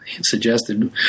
suggested